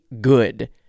good